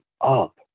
up